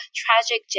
tragic